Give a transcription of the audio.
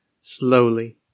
Slowly